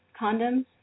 Condoms